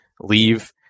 leave